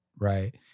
Right